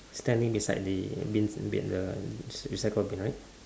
standing beside the bin bin uh re~ recycle bin right